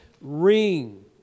ring